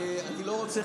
ואני לא רוצה,